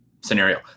scenario